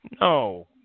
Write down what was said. No